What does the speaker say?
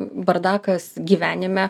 bardakas gyvenime